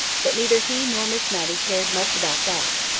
but neither he nor miss matty cared much about that.